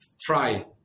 try